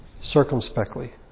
circumspectly